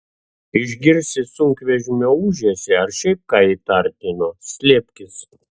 išgirsi sunkvežimio ūžesį ar šiaip ką įtartino slėpkis